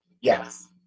Yes